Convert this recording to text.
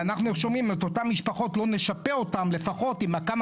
ואת אותן משפחות לא נשפה לפחות עם כמה